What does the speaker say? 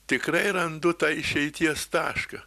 tikrai randu tą išeities tašką